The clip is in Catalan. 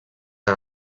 que